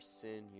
sin